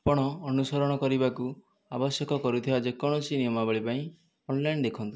ଆପଣ ଅନୁସରଣ କରିବାକୁ ଆବଶ୍ୟକ କରୁଥିବା ଯେ କୌଣସି ନିୟମାବଳୀ ପାଇଁ ଅନଲାଇନ୍ ଦେଖନ୍ତୁ